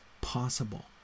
possible